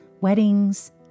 weddings